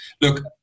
look